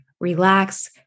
relax